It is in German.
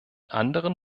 anderen